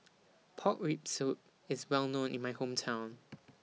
Pork Rib Soup IS Well known in My Hometown